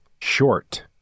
short